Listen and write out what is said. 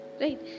right